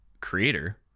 creator